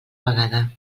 vegada